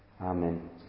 Amen